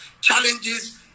challenges